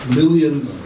millions